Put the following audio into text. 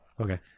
Okay